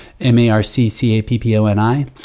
M-A-R-C-C-A-P-P-O-N-I